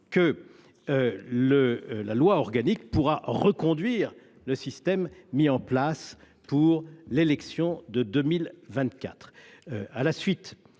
la loi organique puisse reconduire le système mis en place pour les élections de 2024.